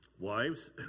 Wives